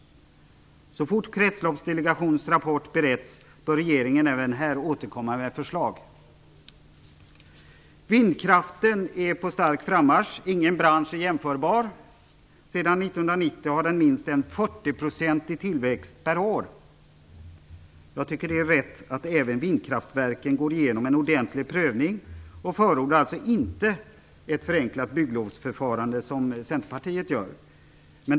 Så fort Kretsloppsdelegationens rapport beretts bör regeringen även här återkomma med förslag. Vindkraften är på stark frammarsch. Ingen bransch är jämförbar. Sedan 1990 har den haft minst 40 % tillväxt per år. Jag tycker att det är rätt att även vindkraftverken går igenom en ordentlig prövning och förordar alltså inte ett förenklat bygglovsförfarande, som Centerpartiet gör.